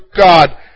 God